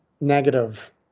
negative